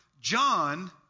John